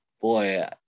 boy